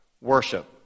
Worship